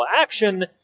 action